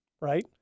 right